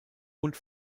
und